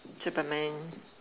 Superman